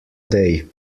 day